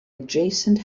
adjacent